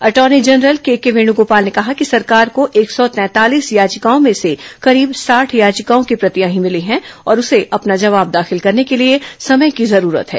attorney general KK Venugopal ने कहा कि सरकार को एक सौ तैंतालीस याचिकाओं में से करीब साठ याचिकाओं की प्रतियां ही मिली हैं और उसे अपना जवाब दाखिल करने के लिए समय की जरूरत है